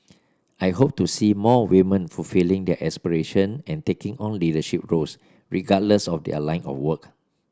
I hope to see more women fulfilling their aspiration and taking on leadership roles regardless of their line of work